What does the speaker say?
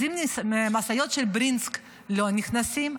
אם המשאיות של ברינקס לא נכנסות,